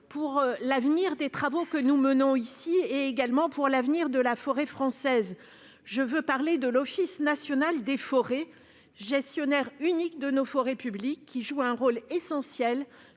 pour l'avenir des travaux que nous menons ici et pour l'avenir de la forêt française : je veux parler de l'Office national des forêts, gestionnaire unique de nos forêts publiques, qui joue un rôle essentiel